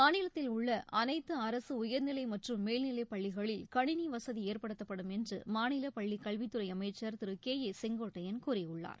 மாநிலத்தில் உள்ள அனைத்து அரசு உயர்நிலை மற்றும் மேல்நிலைப் பள்ளிகளில் கணினி வசதி ஏற்படுத்தப்படும் என்று மாநில பள்ளிக் கல்வித்துறை அமைச்சர் திரு கே ஏ செங்கோட்டையன் கூறியுள்ளார்